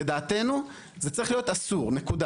לדעתנו זה צריך להיות אסור, נקודה.